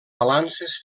balances